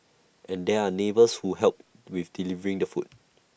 and there are neighbours who help with delivering the food